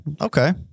okay